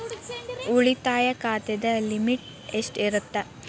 ಉಳಿತಾಯ ಖಾತೆದ ಲಿಮಿಟ್ ಎಷ್ಟ ಇರತ್ತ?